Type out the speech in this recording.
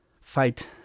fight